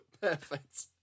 perfect